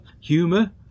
Humor